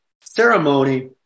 ceremony